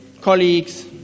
colleagues